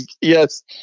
yes